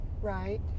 right